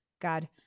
God